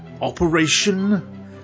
Operation